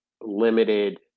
limited